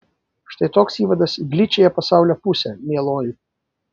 štai toks įvadas į gličiąją pasaulio pusę mieloji